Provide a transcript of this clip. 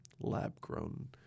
lab-grown